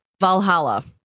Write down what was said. Valhalla